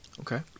Okay